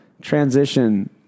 transition